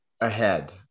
ahead